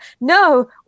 no